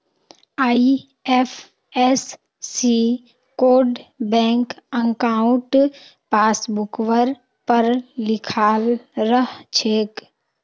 IFSC code bank अंकाउट पासबुकवर पर लिखाल रह छेक